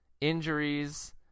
Injuries